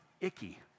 icky